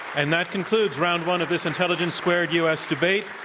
and that concludes round one of this intelligence squared u. s. debate.